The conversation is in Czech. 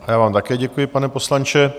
A já vám také děkuji, pane poslanče.